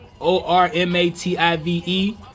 O-R-M-A-T-I-V-E